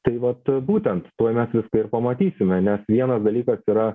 tai vat būtent tuoj mes viską ir pamatysime nes vienas dalykas yra